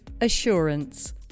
assurance